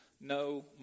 no